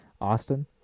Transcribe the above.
Austin